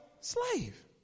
slave